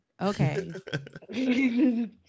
okay